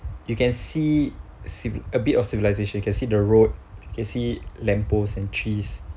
you can see a bit of civilization can see the road you can see lamp post and trees